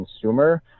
consumer